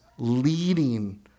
leading